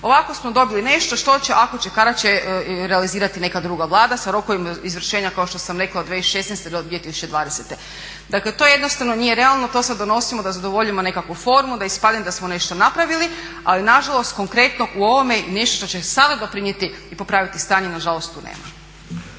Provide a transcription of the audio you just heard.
Ovako smo dobili nešto što će, ako će, kada će realizirati neka druga Vlada sa rokovima izvršenja kao što sam rekla od 2016. do 2020. Dakle, to jednostavno nije realno, to sad donosimo da zadovoljimo nekakvu formu, da ispadne da smo nešto napravili. Ali na žalost konkretno u ovome je i nešto što će sada doprinijeti i popraviti stanje, na žalost tu nema.